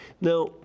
Now